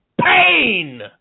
Pain